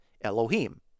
Elohim